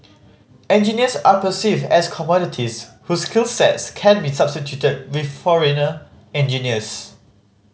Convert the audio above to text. engineers are perceived as commodities whose skills sets can be substituted with foreigner engineers